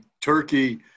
turkey